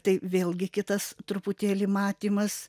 tai vėlgi kitas truputėlį matymas